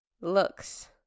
looks